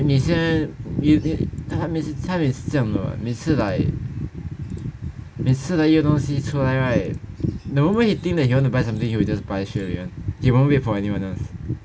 你现在 you think 他每次他每次这样的 what 每次 like 每次 like 一个东西出来 right the moment he think that he want to buy something he will just buy straightaway [one] he won't wait for anyone [one]